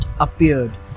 appeared